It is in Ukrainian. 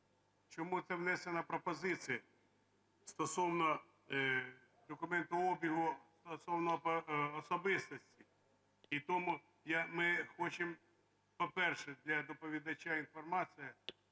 чому ця внесена пропозиція, стосовно документообігу, стосовно особистості? І тому ми хочемо, по-перше, для доповідача інформація,